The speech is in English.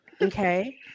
Okay